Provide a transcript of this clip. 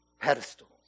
pedestals